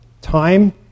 time